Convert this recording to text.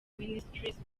ministries